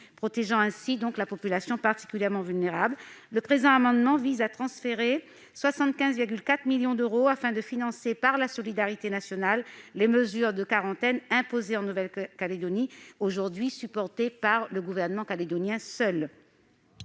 protégeant ainsi une population particulièrement vulnérable. Le présent amendement vise à transférer 75,4 millions d'euros de l'action n° 01 vers l'action n° 04, afin de financer par la solidarité nationale les mesures de quarantaine imposées en Nouvelle-Calédonie, aujourd'hui supportées par le seul gouvernement calédonien.